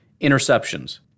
interceptions